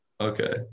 okay